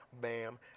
bam